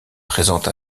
présente